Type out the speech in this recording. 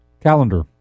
Calendar